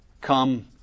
come